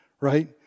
right